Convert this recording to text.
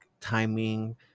timing